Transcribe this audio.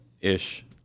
ish